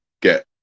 get